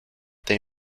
they